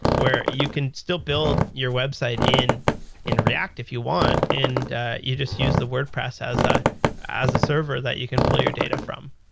where you can still build your website in in react if you want and you just use the wordpress as ah as a server that you can pull your data from.